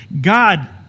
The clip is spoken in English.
God